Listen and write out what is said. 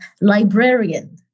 librarian